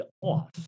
off